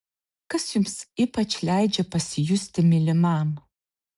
kas jums ypač leidžia pasijusti mylimam